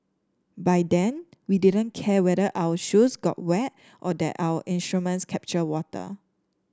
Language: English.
by then we didn't care whether our shoes got wet or that our instruments captured water